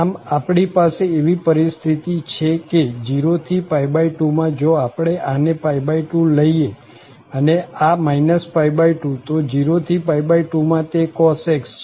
આમ આપણી પાસે એવી પરિસ્થિતિ છે કે 0 થી 2 માં જો આપણે આને 2 લઈએ અને આ 2 તો 0 થી 2 માં તે cos x છે